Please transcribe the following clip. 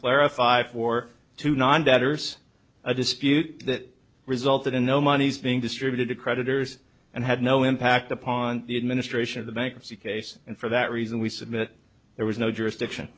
clarify for two non debtors a dispute that resulted in the monies being distributed to creditors and had no impact upon the administration of the bankruptcy case and for that reason we submit there was no jurisdiction